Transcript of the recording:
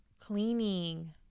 cleaning